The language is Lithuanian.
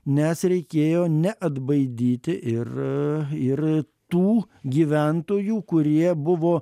nes reikėjo neatbaidyti ir ir tų gyventojų kurie buvo